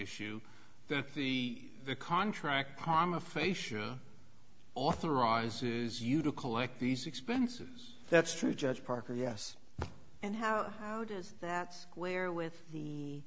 shoe that the contract pama facia authorizes you to collect these expenses that's true judge parker yes and how how does that square with the